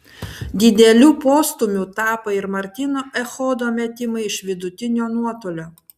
dideliu postūmiu tapo ir martyno echodo metimai iš vidutinio nuotolio